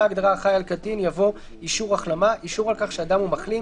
ההגדרה "אחראי על הקטין" יבוא: ""אישור החלמה" אישור על כך שאדם הוא מחלים,